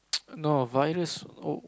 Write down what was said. no virus